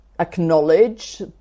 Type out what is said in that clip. acknowledge